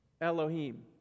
Elohim